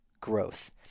growth